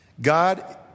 God